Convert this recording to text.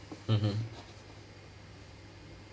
mmhmm